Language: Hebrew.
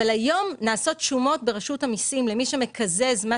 אבל היום נעשות שומות ברשות המיסים למי שמקזז מס